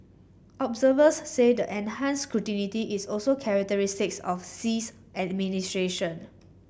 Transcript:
observers say the enhanced is also characteristics of Xi's administration